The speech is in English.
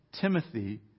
Timothy